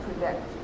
predict